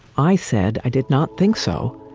i said i did not think so.